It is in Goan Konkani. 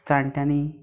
जाणट्यांनी